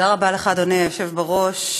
אדוני היושב בראש,